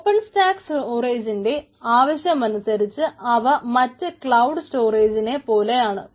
open stack സ്റ്റോറേജിന്റെ ആശയമനുസരിച്ച് അവ മറ്റു ക്ലൌഡ് സ്റ്റോറേജിനെ പോലെയാണ്